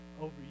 over